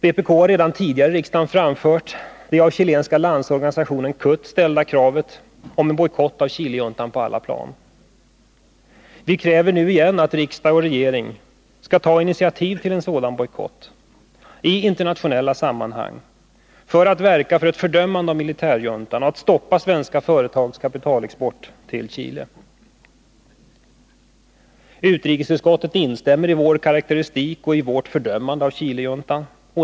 Vpk har redan tidigare i riksdagen framfört det av chilenska landsorganisationen CUT ställda kravet om en bojkott på alla plan av Chilejuntan. Vi kräver nu igen att riksdag och regering skall ta initiativ till en sådan bojkott, i internationella sammanhang verka för ett fördömande av militärjuntan och stoppa svenska företags kapitalexport till Chile. Utrikesutskottet instämmer i vår karakteristik och i vårt fördömande av Chilejuntan.